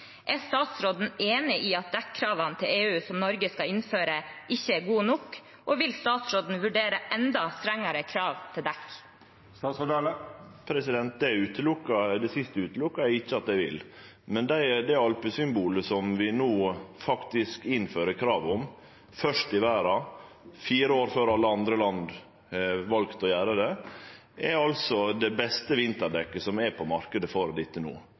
Er statsråden enig i at dekkravene til EU, som Norge skal innføre, ikke er gode nok? Og vil statsråden vurdere enda strengere krav til dekk? Det siste utelukkar eg ikkje at eg vil. Men det alpesymbolet som vi no faktisk innfører krav om – først i verda, fire år før alle andre land har valt å gjere det – er det beste vinterdekket som er på